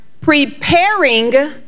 preparing